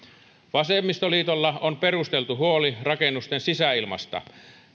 vasemmistoliitolla on perusteltu huoli rakennusten sisäilmasta